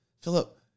Philip